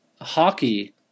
hockey